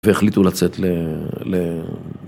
והחליטו לצאת ל...